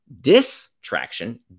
Distraction